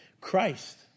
Christ